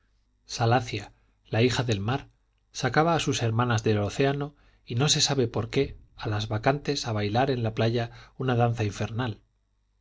en vetusta salacia la hija del mar sacaba a sus hermanas del océano y no se sabe por qué a las bacantes a bailar en la playa una danza infernal